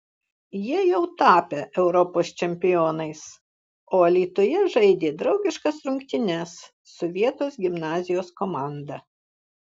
jie jau tapę europos čempionais o alytuje žaidė draugiškas rungtynes su vietos gimnazijos komanda